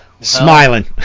Smiling